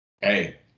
hey